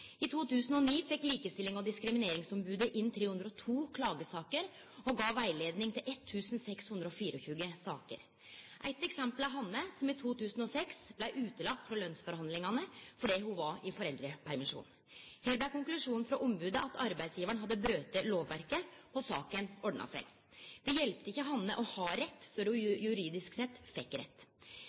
I 2009 fekk Likestillings- og diskrimineringsombodet inn 302 klagesaker og gav rettleiing i 1 624 saker. Eit eksempel er Hanne, som i 2006 blei utelaten frå lønnsforhandlingane fordi ho var i foreldrepermisjon. Her blei konklusjonen frå ombodet at arbeidsgjevaren hadde brote lovverket, og saka ordna seg. Det hjelpte ikkje Hanne å ha rett, før ho juridisk sett fekk rett.